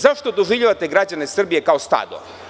Zašto doživljavate građane Srbije kao stado?